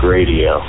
Radio